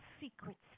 secrets